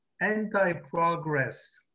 anti-progress